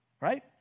Right